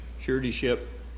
suretyship